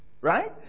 Right